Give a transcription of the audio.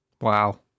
Wow